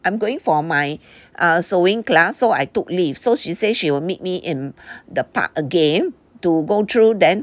I'm going for my err sewing class so I took leave so she say she will meet me in the park again to go through then